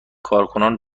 کارکنان